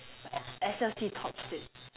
but S_L_C tops it